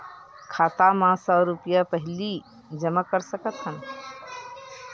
खाता मा सौ रुपिया पहिली जमा कर सकथन?